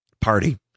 Party